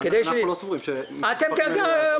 אנחנו סבורים שזה לא יעזור.